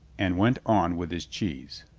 and went on with his cheese.